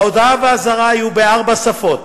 ההודעה והאזהרה יהיו בארבע שפות: